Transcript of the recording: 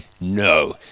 No